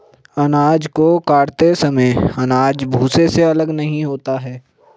अनाज को काटते समय अनाज भूसे से अलग नहीं होता है